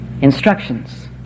Instructions